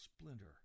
splinter